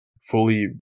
fully